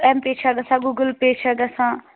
M پیٚے چھا گژھان گوٗگٕل پیٚے چھا گژھان